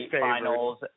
finals